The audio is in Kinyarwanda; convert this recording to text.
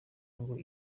ngo